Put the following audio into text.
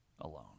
alone